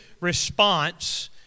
response